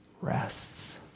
rests